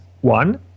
one